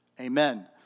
Amen